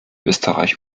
österreich